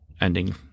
ending